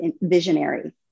visionary